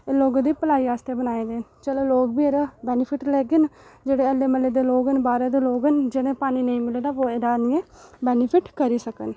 ते लोकें दी भलाई आस्तै बनाए दे न चलो लोक बी एह्दा बैनिफिट लैङन जेह्ड़े हल्ले म्हल्ले दे लोक न बाह्रै दे लोक न जिनें ई पानी नेईं मिले दा ओह् एह्दा आह्नियै बैनिफिट करी सकन